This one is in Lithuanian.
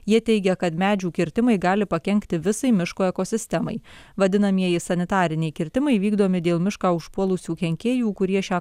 jie teigia kad medžių kirtimai gali pakenkti visai miško ekosistemai vadinamieji sanitariniai kirtimai vykdomi dėl mišką užpuolusių kenkėjų kurie šią